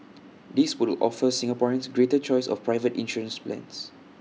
this will offer Singaporeans greater choice of private insurance plans